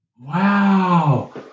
wow